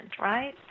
right